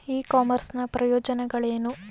E commerce ನ ಪ್ರಯೋಜನಗಳೇನು?